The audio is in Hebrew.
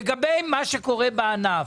לגבי מה שקורה בענף,